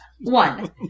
One